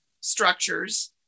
structures